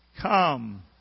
Come